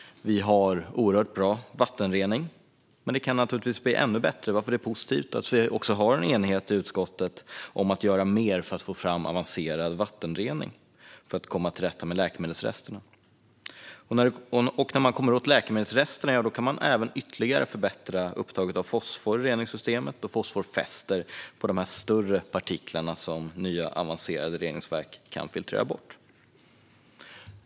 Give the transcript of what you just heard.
Vi har oerhört bra vattenrening, men den kan naturligtvis bli ännu bättre. Därför är det positivt att utskottet är enigt om att det ska göras mer för att få fram avancerad vattenrening för att komma till rätta med läkemedelsresterna. När man kommer åt läkemedelsresterna kan man dessutom ytterligare förbättra upptaget av fosfor i reningssystemet eftersom fosfor fäster på de större partiklarna som nya avancerade reningsverk kan filtrera bort.